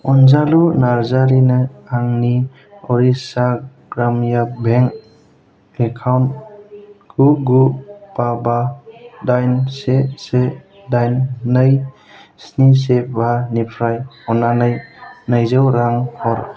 अनजालु नारजारिनो आंनि Odisha Gramya bank account गु गु बा बा दाइन से से दाइन नै स्नि से बानिफ्राय अननानै नैजौ रां हर